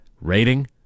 Rating